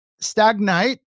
stagnate